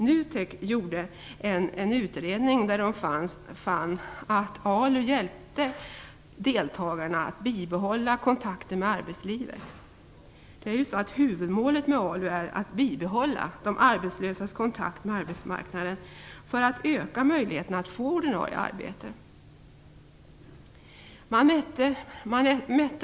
NUTEK gjorde en utredning och fann att ALU hjälpte deltagarna att bibehålla kontakten med arbetslivet. Huvudmålet med ALU är ju att bibehålla de arbetslösas kontakt med arbetsmarknaden för att öka möjligheterna till ordinarie arbete.